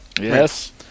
Yes